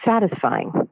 satisfying